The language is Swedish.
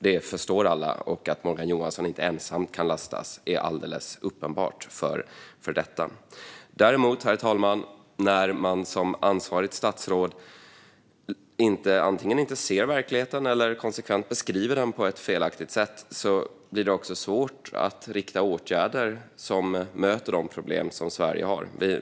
Det förstår alla, och det är alldeles uppenbart för alla att Morgan Johansson inte ensam kan lastas för detta. Herr talman! När man däremot som ansvarigt statsråd antingen inte ser verkligheten eller konsekvent beskriver den på ett felaktigt sätt blir det också svårt att rikta åtgärder som möter de problem som Sverige har.